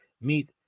meet